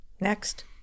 Next